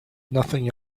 nothing